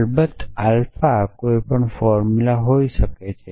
અલબત્ત આલ્ફા કોઈપણ ફોર્મુલા હોઈ શકે છે